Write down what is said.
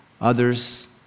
Others